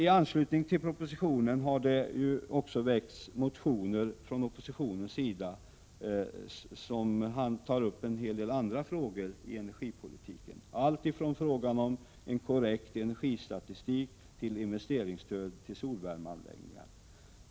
I anslutning till propositionen har det också väckts motioner från oppositionens sida i vilka det tas. upp en hel del andra frågor inom energipolitiken allt ifrån frågan om en korrekt energistatistik till frågan om investeringsstöd till solvärmeanläggningar.